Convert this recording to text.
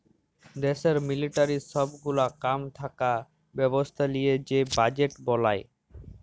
দ্যাশের মিলিটারির সব গুলা কাম থাকা ব্যবস্থা লিয়ে যে বাজেট বলায়